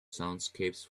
soundscapes